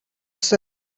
said